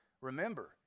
Remember